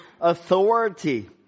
authority